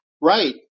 right